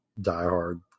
diehard